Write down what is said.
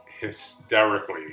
hysterically